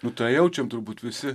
nu tą jaučiam turbūt visi